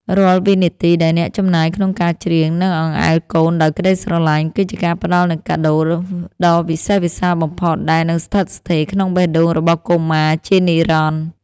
រាល់វិនាទីដែលអ្នកចំណាយក្នុងការច្រៀង និងអង្អែលកូនដោយក្ដីស្រឡាញ់ គឺជាការផ្ដល់នូវកាដូដ៏វិសេសវិសាលបំផុតដែលនឹងស្ថិតស្ថេរក្នុងបេះដូងរបស់កុមារជានិរន្តរ៍។